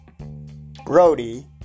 Brody